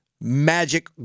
magic